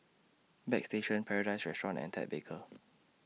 Bagstationz Paradise Restaurant and Ted Baker